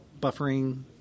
buffering